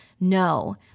No